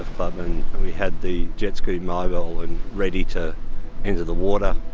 but had the jet ski mobile and ready to enter the water.